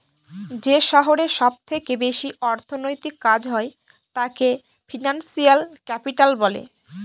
যে শহরে সব থেকে বেশি অর্থনৈতিক কাজ হয় তাকে ফিনান্সিয়াল ক্যাপিটাল বলে